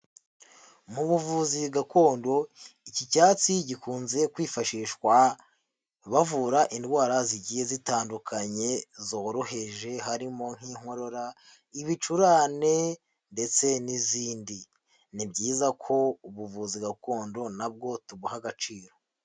Mu buvuzi gakondo iki cyatsi gikunze kwifashishwa bavura indwara zigiye zitandukanye zoroheje harimo nk'inkorora, ibicurane ndetse n'izindi. Ni byiza ko ubuvuzi gakondo na bwo tubuha agaciro.